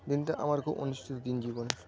দিনটা আমার খুব অনুষ্ঠিত দিন জীবনের